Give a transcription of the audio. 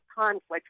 conflict